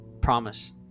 promise